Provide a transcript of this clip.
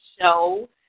show